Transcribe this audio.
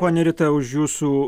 ponia rita už jūsų